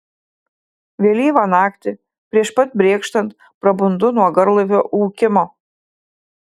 vėlyvą naktį prieš pat brėkštant prabundu nuo garlaivio ūkimo